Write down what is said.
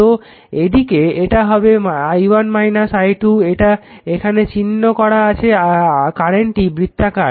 তো এইদিকে এটা হবে i1 i 2 এটা এখানে চিহ্ন করা আছে কারেন্টটি বৃত্তাকার